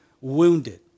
wounded